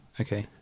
Okay